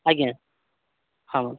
ଆଜ୍ଞା ହଁ